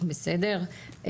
בסדר?